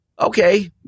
okay